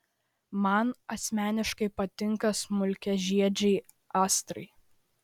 man asmeniškai patinka smulkiažiedžiai astrai